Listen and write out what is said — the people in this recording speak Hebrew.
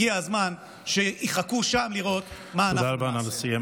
הגיע הזמן שיחכו שם לראות מה אנחנו נעשה.